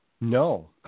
No